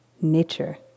nature